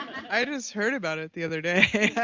i just heard about it the other day.